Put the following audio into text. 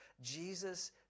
Jesus